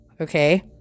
Okay